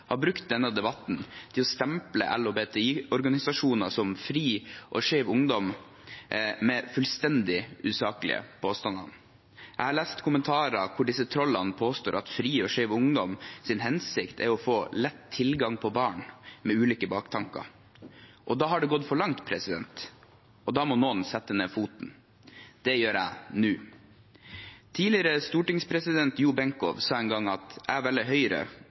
har brukt denne debatten til å stemple LHBTI-organisasjoner som FRI og Skeiv Ungdom med fullstendig usaklige påstander. Jeg har lest kommentarer der disse trollene påstår at hensikten til FRI og Skeiv Ungdom er å få lett tilgang på barn, med ulike baktanker. Da har det gått for langt, og da må noen sette ned foten. Det gjør jeg nå. Tidligere stortingspresident Jo Benkow sa en gang: «Jeg velger Høyre,